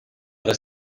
erre